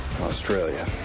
Australia